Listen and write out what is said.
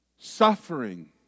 suffering